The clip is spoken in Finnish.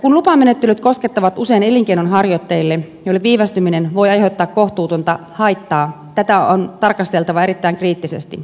kun lupamenettelyt koskettavat usein elinkeinonharjoittajia joille viivästyminen voi aiheuttaa kohtuutonta haittaa tätä on tarkasteltava erittäin kriittisesti